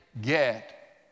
get